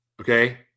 Okay